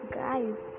guys